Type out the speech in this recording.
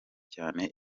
cyane